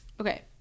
Okay